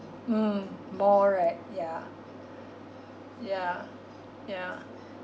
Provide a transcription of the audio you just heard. mm more right ya ya ya